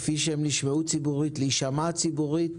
כפי שהם נשמעו ציבורית, להישמע ציבורית,